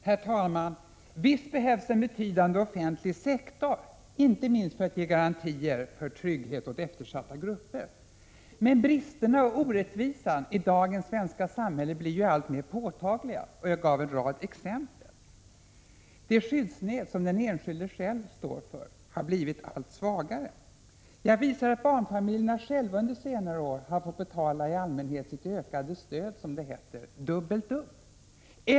Herr talman! Visst behövs en betydande offentlig sektor, inte minst för att ge garantier för trygghet åt eftersatta grupper. Men bristerna och orättvisan i dagens svenska samhälle blir ju alltmer påtagliga, och jag gav en rad exempel på detta. Det skyddsnät som den enskilde själv står för har blivit allt svagare. Jag visade att barnfamiljerna själva under senare år i allmänhet har fått betala sitt ökade stöd, som det heter, dubbelt upp.